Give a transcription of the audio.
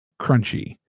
crunchy